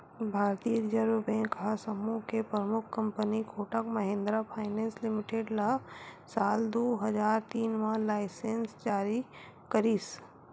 भारतीय reserve bank ह समूह के परमुख company Kotak Mahindra finance limited ल साल दू हजार तीन म लाइनेंस जारी करिस